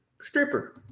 Stripper